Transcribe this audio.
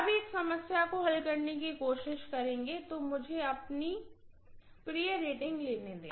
अब एक समस्या को हल करने की कोशिश करेंगे तो मुझे अपनी तो में अपने प्रिय रेटिंग लेने दें